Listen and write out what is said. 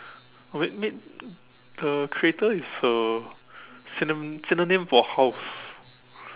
made made the creator is a syno~ synonym for house